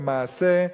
למעשה,